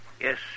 Yes